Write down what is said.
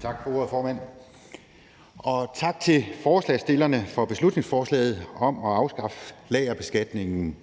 Tak for ordet, formand, og tak til forslagstillerne for beslutningsforslaget om at afskaffe lagerbeskatningen